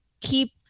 keep